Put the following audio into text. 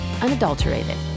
unadulterated